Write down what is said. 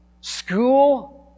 school